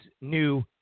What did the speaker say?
new